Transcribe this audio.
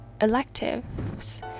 electives